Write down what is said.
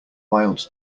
wild